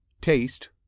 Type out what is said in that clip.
taste